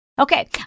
Okay